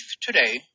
Today